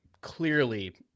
clearly